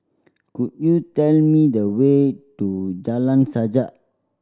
could you tell me the way to Jalan Sajak